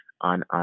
on